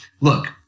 look